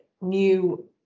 new